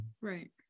right